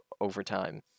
overtime